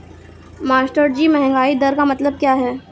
मास्टरजी महंगाई दर का मतलब क्या है?